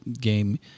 game